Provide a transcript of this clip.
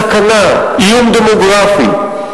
פנימי, סכנה, איום דמוגרפי.